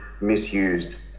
misused